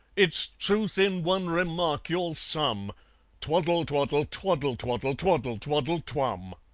its truth in one remark you'll sum twaddle twaddle twaddle twaddle twaddle twaddle twum!